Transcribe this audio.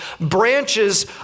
branches